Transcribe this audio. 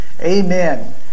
amen